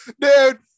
Dude